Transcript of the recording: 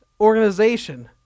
organization